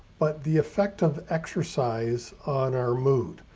but the effect of exercise on our mood,